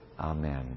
Amen